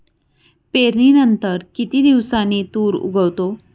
पेरणीनंतर किती दिवसांनी तूर उगवतो?